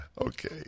Okay